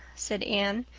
said anne,